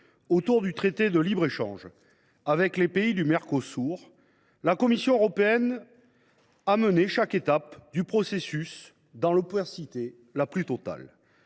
projet de traité de libre échange avec les pays du Mercosur, la Commission européenne a mené chaque étape du processus dans l’opacité la plus totale.